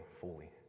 fully